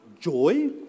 joy